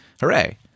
Hooray